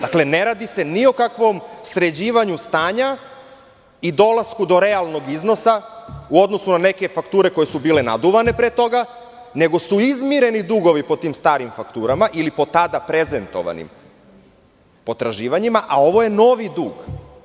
Dakle, ne radi ni o kakvom sređivanju stanja i dolaska do realnog iznosa, u odnosu na neke fakture koje su bile naduvane pre toga, nego su izmireni dugovi po tim starim fakturama ili po tada prezentovanim potraživanjima, a ovo je novi dug.